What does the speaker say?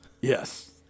Yes